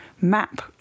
map